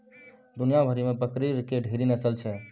दुनिया भरि मे बकरी के ढेरी नस्ल छै